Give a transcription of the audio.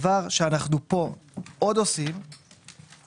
אנחנו עושים כאן עוד דבר.